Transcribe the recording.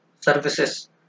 services